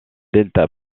delta